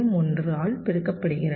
01 ஆல் பெருக்கப்படுகிறது